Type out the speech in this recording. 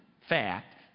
fact